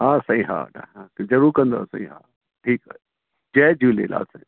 हा साईं हा तव्हां खे ज़रूरु कंदासीं हा ठीकु आहे जय झूलेलाल साईं